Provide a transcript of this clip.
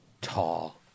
tall